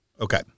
Okay